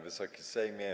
Wysoki Sejmie!